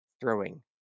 throwing